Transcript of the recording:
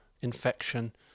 infection